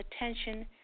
attention